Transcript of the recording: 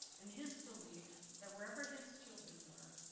and his belief that wherever his children were,